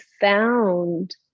found